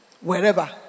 wherever